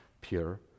pure